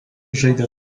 žaidė